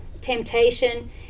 temptation